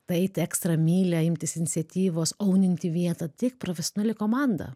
tą eiti ekstra mylią imtis iniciatyvos auninti vietą tik profesionali komanda